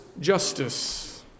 justice